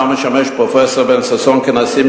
שם משמש פרופסור בן-ששון כנשיא,